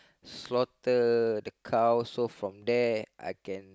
slaughter the cow so from there I can